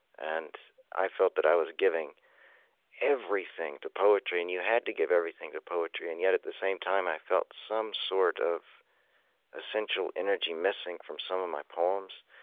and i felt that i was giving everything to poetry, and you had to give everything to poetry and yet, at the same time, i felt some sort of essential energy missing from some of my poems.